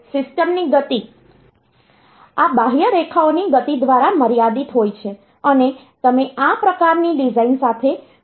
સિસ્ટમની ગતિ આ બાહ્ય રેખાઓની ગતિ દ્વારા મર્યાદિત હોય છે અને તમે આ પ્રકારની ડિઝાઇન સાથે ખૂબ ઊંચી ઝડપ પ્રાપ્ત કરી શકતા નથી